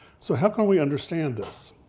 so how can we understand this?